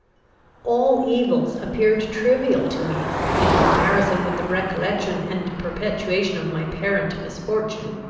all evils appeared trivial to me, in comparison with the recollection and perpetuation of my parent misfortune.